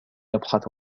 أبحث